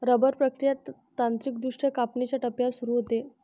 rubber प्रक्रिया तांत्रिकदृष्ट्या कापणीच्या टप्प्यावर सुरू होते